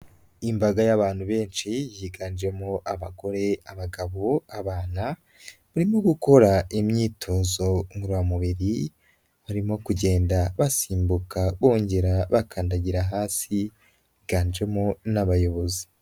Imbaga y'abantu benshi yiganjemo abagore, abagabo, abana, barimo gukora imyitozo ngororamubiri, barimo kugenda basimbuka bongera bakandagira hasi, biganjemo n'abayobozi.